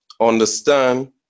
understand